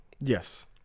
Yes